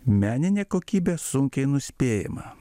meninė kokybė sunkiai nuspėjama